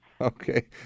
Okay